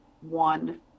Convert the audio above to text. one